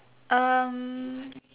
um